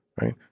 right